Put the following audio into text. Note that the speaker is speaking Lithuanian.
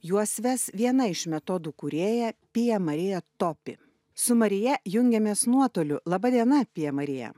juos ves viena iš metodų kūrėja pija marija topi su marija jungiamės nuotoliu laba diena pija marija